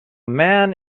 man